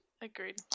Agreed